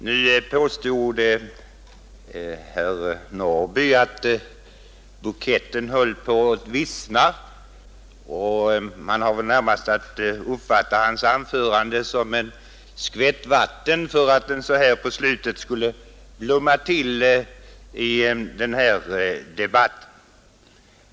Nu påstod herr Norrby i Åkersberga att buketten höll på att vissna, och man har väl närmast att uppfatta hans anförande som en skvätt vatten för att den så här på slutet skulle blomma upp i debatten.